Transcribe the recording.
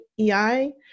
EI